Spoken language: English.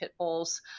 pitbulls